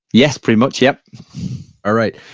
yes, pretty much. yes all right.